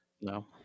No